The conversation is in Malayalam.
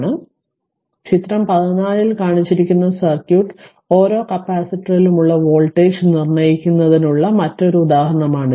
അതിനാൽ ചിത്രം 14 ൽ കാണിച്ചിരിക്കുന്ന സർക്യൂട്ട് ഓരോ കപ്പാസിറ്ററിലുമുള്ള വോൾട്ടേജ് നിർണ്ണയിക്കുന്നതിനുള്ള മറ്റൊരു ഉദാഹരണമാണിത്